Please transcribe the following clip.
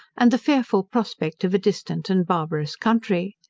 and the fearful prospect of a distant and barbarous country.